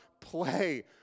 play